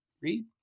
read